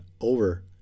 over